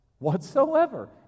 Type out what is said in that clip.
Whatsoever